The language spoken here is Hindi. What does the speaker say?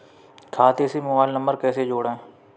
खाते से मोबाइल नंबर कैसे जोड़ें?